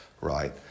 right